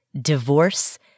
divorce